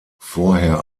vorher